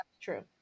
true